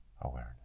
awareness